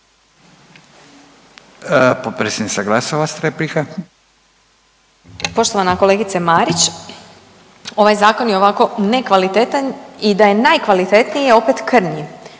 **Glasovac, Sabina (SDP)** Poštovana kolegice Marić, ovaj Zakon je ovako nekvalitetan i da je najkvalitetniji je opet krnji.